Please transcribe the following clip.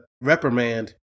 reprimand